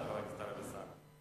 2413,